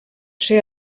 ser